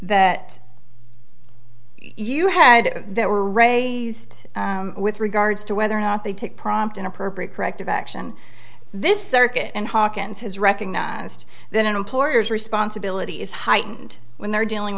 that you had that were raised with regards to whether or not they took prompt and appropriate corrective action this circuit and hawkins has recognized then an employer's responsibility is heightened when they're dealing